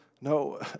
no